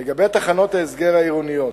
לגבי תחנות ההסגר העירוניות,